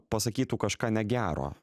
pasakytų kažką negero